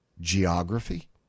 geography